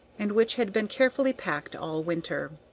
and which had been carefully packed all winter.